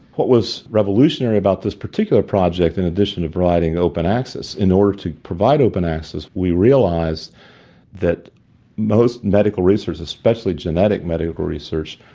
what was revolutionary about this particular project in addition to providing open access, in order to provide open access we realised that most medical research, especially genetic medical research,